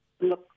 look